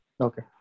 Okay